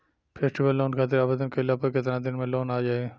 Festival loan खातिर आवेदन कईला पर केतना दिन मे लोन आ जाई?